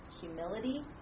humility